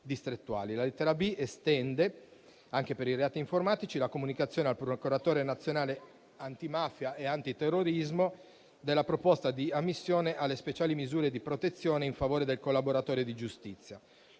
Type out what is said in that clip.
La lettera *b)* estende anche per i reati informatici la comunicazione al procuratore nazionale antimafia e antiterrorismo della proposta di ammissione alle speciali misure di protezione in favore del collaboratore di giustizia.